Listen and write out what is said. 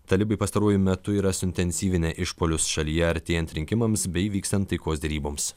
talibai pastaruoju metu yra suintensyvinę išpuolius šalyje artėjant rinkimams bei vykstant taikos deryboms